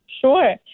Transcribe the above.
Sure